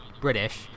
british